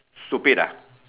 stupid ah